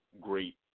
great